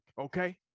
okay